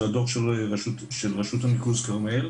של הדוח של רשות הניקוז כרמל.